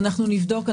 אנחנו נבדוק.